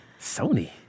Sony